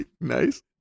Nice